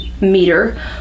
meter